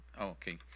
Okay